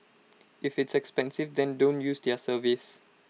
if it's expensive then don't use their service